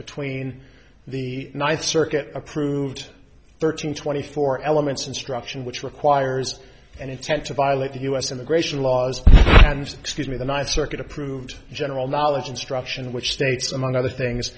between the ninth circuit approved thirteen twenty four elements instruction which requires an intent to violate the u s immigration laws and excuse me the ninth circuit approved general knowledge instruction which states among other things